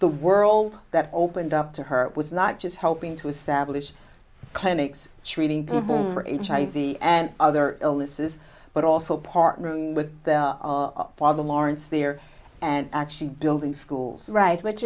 the world that opened up to her was not just helping to establish clinics treating people hiv and other illnesses but also partner with their father lawrence there and actually building schools right which